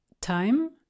time